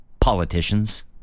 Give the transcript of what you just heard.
politicians